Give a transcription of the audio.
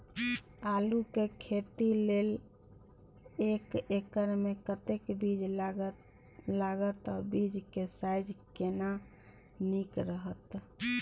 आलू के खेती लेल एक एकर मे कतेक बीज लागत आ बीज के साइज केना नीक रहत?